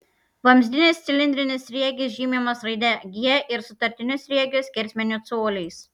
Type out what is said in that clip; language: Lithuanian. vamzdinis cilindrinis sriegis žymimas raide g ir sutartiniu sriegio skersmeniu coliais